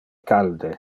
calde